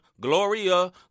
Gloria